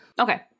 Okay